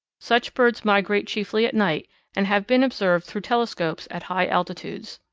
such birds migrate chiefly at night and have been observed through telescopes at high altitudes.